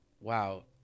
wow